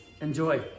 Enjoy